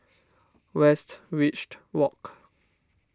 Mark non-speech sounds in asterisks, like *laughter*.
Westridge *noise* Walk